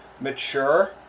mature